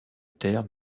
terre